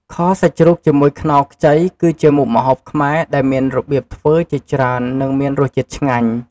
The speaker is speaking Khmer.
ខសាច់ជ្រូកជាមួយខ្នុរខ្ចីគឺជាមុខម្ហូបខ្មែរ ដែលមានរបៀបធ្វើជាច្រើន និងមានរសជាតិឆ្ងាញ់។